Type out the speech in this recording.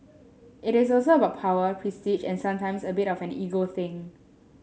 it is also about power prestige and sometimes a bit of an ego thing